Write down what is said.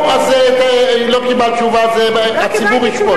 לא קיבלת תשובה, זה הציבור ישפוט.